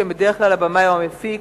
שהם בדרך כלל הבמאי או המפיק,